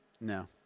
No